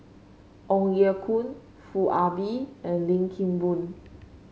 Ong Ye Kung Foo Ah Bee and Lim Kim Boon